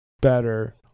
better